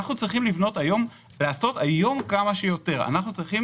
אנחנו צריכים לעשות היום כמה שיותר, אנחנו צריכים